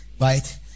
right